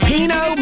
Pino